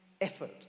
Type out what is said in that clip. effort